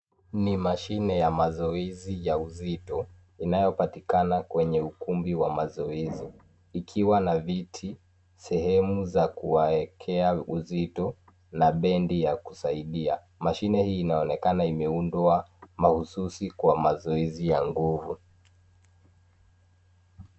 Ni mashine ya mazoezi ya uzito yanayopatikana kwenye ukumbi wa mazoezi ikiwa na viti sehemu ya kuwawekea uzito na bendi ya kusaidia. Mashini hii inaonekana imeundwa mahususi kwa mazoezi ya nguvu.